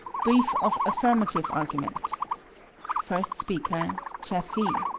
brief of affirmative argument first speaker chafee